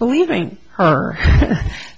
believing her